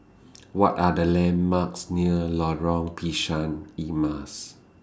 What Are The landmarks near Lorong Pisang Emas